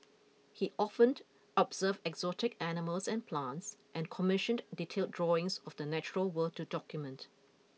he often observed exotic animals and plants and commissioned detailed drawings of the natural world to document